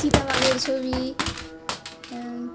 চিতা বাঘের ছবি